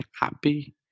happy